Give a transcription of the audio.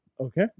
Okay